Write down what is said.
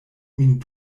min